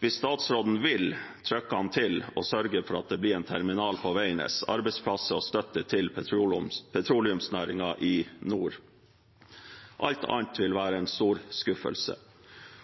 Hvis statsråden vil, trykker han til og sørger for at det blir en terminal på Veidnes, arbeidsplasser og støtte til petroleumsnæringen i nord. Alt annet vil være en stor skuffelse.